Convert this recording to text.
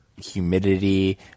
humidity